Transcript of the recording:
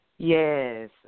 Yes